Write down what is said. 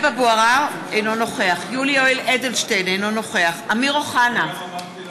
(קוראת בשמות חברי הכנסת)